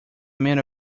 man